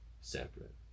separate